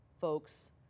folks